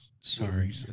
Sorry